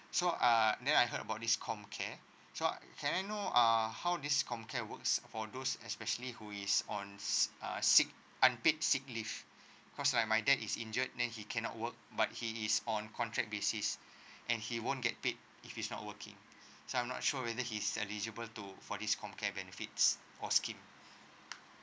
so uh then I heard about this comcare so can I know uh how this comcare works for those especially who is on uh sick unpaid sick leave cause my dad is injured then he cannot work but he is on contract basis and he won't get paid if he's not working so I'm not sure whether he's eligible to for this comcare benefits or scheme